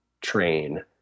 train